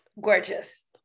Gorgeous